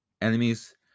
enemies